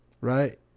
right